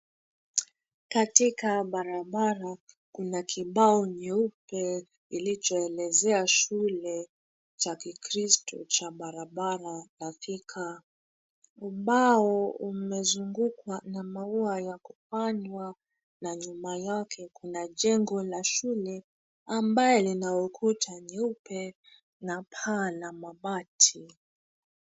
Katika barabara kuna kibao nyeupe ilichoelezea shule cha Kikristo chaa barabara la Thika. Ubao umezungukwa na maua ya kupandwa na nyuma yake kuna jengo la shule ambayo lina ukuta nyeupe na paa la mabati.